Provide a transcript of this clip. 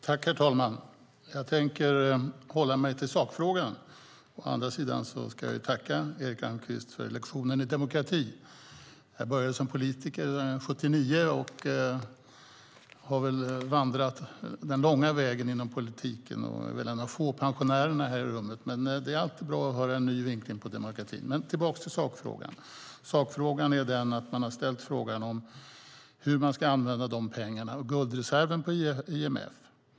Herr talman! Jag tänker hålla mig till sakfrågan. Å andra sidan ska jag tacka Erik Almqvist för lektionen i demokrati. Jag började som politiker redan 1979 och har väl vandrat den långa vägen inom politiken och är en av de få pensionärerna här i rummet, men det är alltid bra att höra en ny vinkling på demokrati. Tillbaka till sakfrågan: Sakfrågan är den att frågan har ställts hur man ska använda guldreserven i IMF.